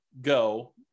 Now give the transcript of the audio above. go